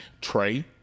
Trey